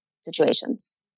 situations